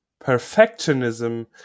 perfectionism